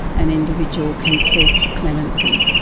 an individual can seek clemency.